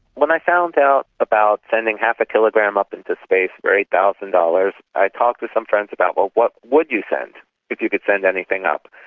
when i found out about sending half a kilogram up into space for eight thousand dollars i talked with some friends about, well, what would you send if you could send anything up?